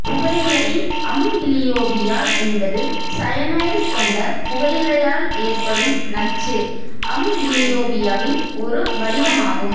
புகையிலை அம்பிலியோபியா என்பது சயனைடு கொண்ட புகையிலையால் ஏற்படும் நச்சு அம்ப்லியோபியாவின் ஒரு வடிவமாகும்